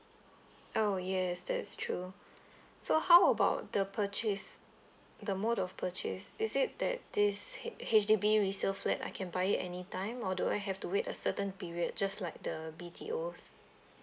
oh yes that's true so how about the purchase the mode of purchase is it that this h~ H_D_B resale flat I can buy it any time or do I have to wait a certain period just like the B_T_Os